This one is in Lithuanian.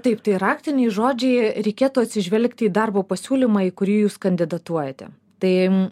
taip tai raktiniai žodžiai reikėtų atsižvelgti į darbo pasiūlymą į kurį jūs kandidatuojate tai